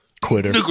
Quitter